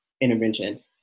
intervention